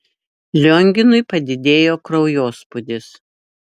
lionginui padidėjo kraujospūdis